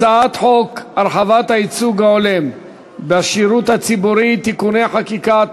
הצעת חוק הרחבת הייצוג ההולם בשירות הציבורי (תיקוני חקיקה),